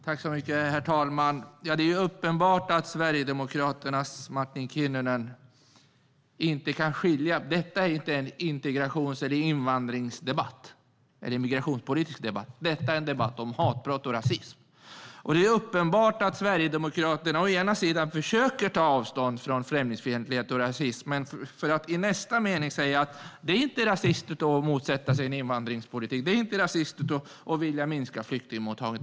Herr talman! Det är uppenbart att Sverigedemokraternas Martin Kinnunen inte kan se skillnad - detta är inte en integrations eller invandringsdebatt eller en immigrationspolitisk debatt utan en debatt om hatbrott och rasism. Det är uppenbart att Sverigedemokraterna försöker ta avstånd från främlingsfientlighet och rasism, men i nästa mening säger de att det inte är rasism att motsätta sig invandringspolitik eller att vilja minska flyktingmottagandet.